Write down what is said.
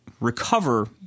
recover